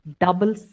double